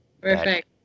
Perfect